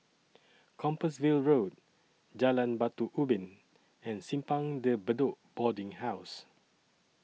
Compassvale Road Jalan Batu Ubin and Simpang De Bedok Boarding House